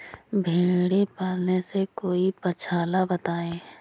भेड़े पालने से कोई पक्षाला बताएं?